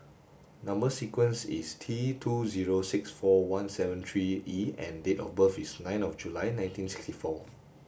number sequence is T two zero six four one seven three E and date of birth is nine of July nineteen sixty four